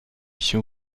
się